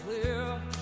clear